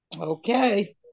Okay